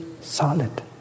solid